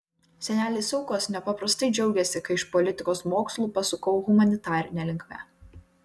seneliai saukos nepaprastai džiaugėsi kai iš politikos mokslų pasukau humanitarine linkme